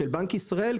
של בנק ישראל,